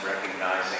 recognizing